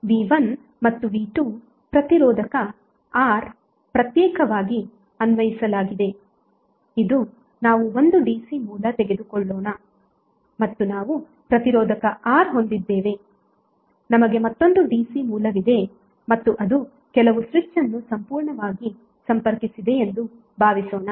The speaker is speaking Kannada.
V1 ಮತ್ತು V2 ಪ್ರತಿರೋಧಕ R ಪ್ರತ್ಯೇಕವಾಗಿ ಅನ್ವಯಿಸಲಾಗಿದೆ ಇದುನಾವು 1 ಡಿಸಿ ಮೂಲ ತೆಗೆದುಕೊಳ್ಳೋಣ ಮತ್ತು ನಾವು ಪ್ರತಿರೋಧಕ R ಹೊಂದಿದ್ದೇವೆ ನಮಗೆ ಮತ್ತೊಂದು ಡಿಸಿ ಮೂಲವಿದೆ ಮತ್ತು ಅದು ಕೆಲವು ಸ್ವಿಚ್ ಅನ್ನು ಸಂಪೂರ್ಣವಾಗಿ ಸಂಪರ್ಕಿಸಿದೆ ಎಂದು ಭಾವಿಸೋಣ